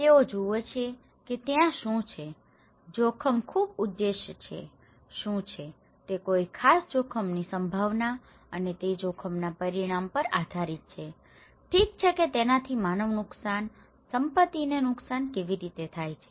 તેઓ જુએ છે કે ત્યાં શું છે જોખમ ખૂબ ઉદ્દેશ્ય છે શું છે તે કોઈ ખાસ જોખમની સંભાવના અને તે જોખમના પરિણામ પર આધારિત છે ઠીક છે કે તેનાથી માનવ નુકસાન સંપત્તિને નુકસાન કેવી રીતે થાય છે